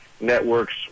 networks